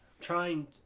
trying